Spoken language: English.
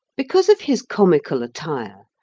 because of his comical attire,